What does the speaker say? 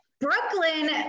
Brooklyn